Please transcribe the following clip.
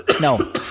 No